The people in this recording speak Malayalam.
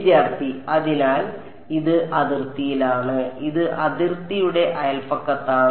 വിദ്യാർത്ഥി അതിനാൽ ഇത് അതിർത്തിയിലാണ് ഇത് അതിർത്തിയുടെ അയൽപക്കത്താണ്